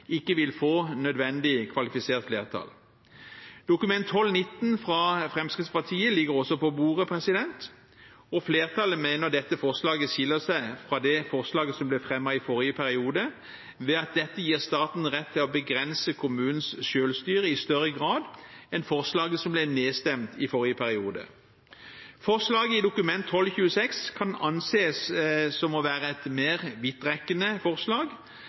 ikke vil få nødvendig kvalifisert flertall. Dokument 12:19 for 2011–2012, fra Fremskrittspartiet, ligger også på bordet, og flertallet mener dette forslaget skiller seg fra det forslaget som ble fremmet i forrige periode, ved at dette gir staten rett til å begrense kommunens selvstyre i større grad enn forslaget som ble nedstemt i forrige periode. Forslaget i Dokument 12:26 for 2011–2012 kan anses å være et mer vidtrekkende forslag,